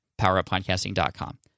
poweruppodcasting.com